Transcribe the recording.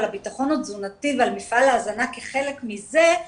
הביטחון התזונתי ועל מפעל ההזנה כחלק מזה,